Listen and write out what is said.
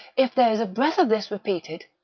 if there is a breath of this repeated.